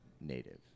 native